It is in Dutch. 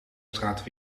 straat